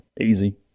Easy